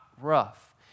rough